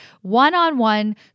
one-on-one